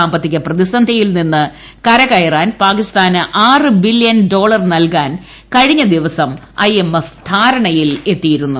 സാമ്പത്തിക പ്രതിസന്ധിയിൽ നിന്ന് കരകയറാൻ പാകിസ്ഥാന് ആറ് ബില്യൺ ഡോളർ നൽകാൻ കഴിഞ്ഞ ദിവസം ഐ എം എഫ് ധാരണയിൽ എത്തിയിരുന്നു